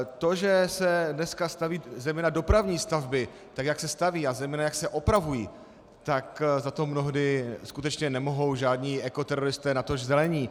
To, že se dneska staví zejména dopravní stavby, tak jak se staví a zejména jak se opravují, tak za to mnohdy skutečně nemohou žádní ekoteroristé, natož zelení.